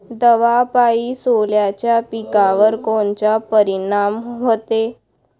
दवापायी सोल्याच्या पिकावर कोनचा परिनाम व्हते?